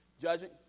judging